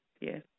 yes